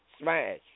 smash